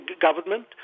government